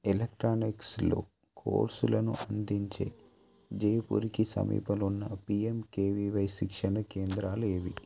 ఎలక్ట్రానిక్స్లో కోర్సులను అందించే జైపూర్కి సమీపంలో ఉన్న పీఎంకేవీవై శిక్షణ కేంద్రాలు ఏవి